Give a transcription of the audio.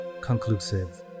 conclusive